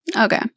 Okay